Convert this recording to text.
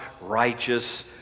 righteous